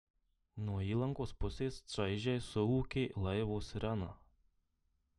nuo įlankos pusės čaižiai suūkė laivo sirena